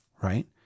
right